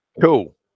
cool